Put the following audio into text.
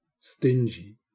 stingy